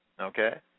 Okay